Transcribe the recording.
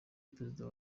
perezida